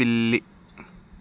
పిల్లి